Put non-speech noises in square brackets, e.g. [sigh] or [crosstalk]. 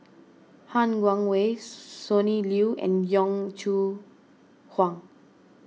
Han Guangwei [noise] Sonny Liew and Yong Shu Hoong